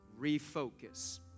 Refocus